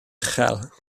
uchel